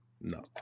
No